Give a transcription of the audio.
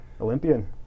Olympian